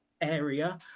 area